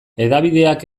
hedabideak